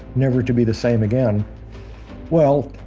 never to be the same again well,